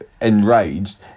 enraged